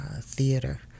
theater